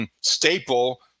staple